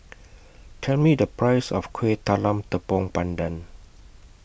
Tell Me The Price of Kueh Talam Tepong Pandan